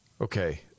okay